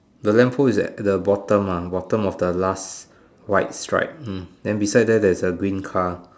the lamp post is at the bottom ah bottom of the last white stripe hmm than beside there there is a green car